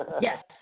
Yes